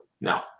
No